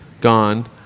gone